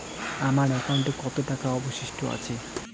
আমার একাউন্টে কত টাকা অবশিষ্ট আছে?